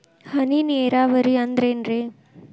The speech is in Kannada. ಹನಿ ನೇರಾವರಿ ಅಂದ್ರೇನ್ರೇ?